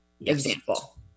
example